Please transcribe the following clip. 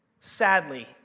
sadly